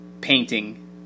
painting